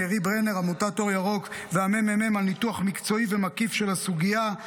לנרי ברנר מעמותת אור ירוק ולממ"מ על ניתוח מקצועי ומקיף של הסוגיה.